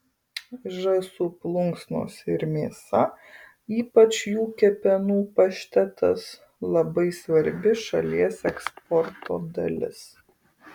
žąsų plunksnos ir mėsa ypač jų kepenų paštetas labai svarbi šalies eksporto dalis